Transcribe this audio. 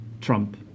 Trump